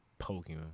Pokemon